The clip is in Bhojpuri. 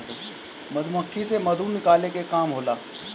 मधुमक्खी से मधु निकाले के काम होला